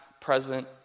present